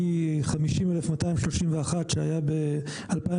מ-50,231 שהיו ב-2019,